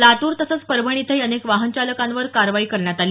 लातूर तसंच परभणी इथंही अनेक वाहनचालकांवर कारवाई करण्यात आली